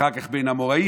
אחר כך בין האמוראים,